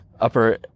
upper